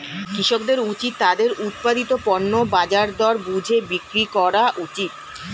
কৃষকদের উচিত তাদের উৎপাদিত পণ্য বাজার দর বুঝে বিক্রি করা উচিত